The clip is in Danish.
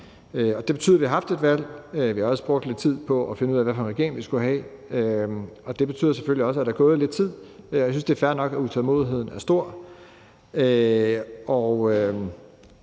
Og det betyder, at vi har haft et valg, og vi har også brugt lidt tid på at finde ud af, hvad for en regering vi skulle have, og det betyder selvfølgelig også, at der er gået lidt tid, og jeg synes, det er fair nok, at utålmodigheden er stor.